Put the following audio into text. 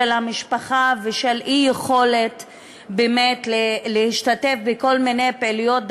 המשפחה ושל אי-היכולת באמת להשתתף בכל מיני פעילויות,